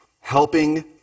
Helping